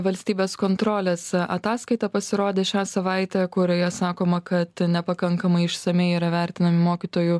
valstybės kontrolės ataskaita pasirodė šią savaitę kurioje sakoma kad nepakankamai išsamiai yra vertinami mokytojų